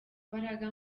mbaraga